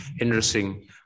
Interesting